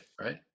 Right